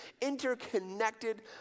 Interconnected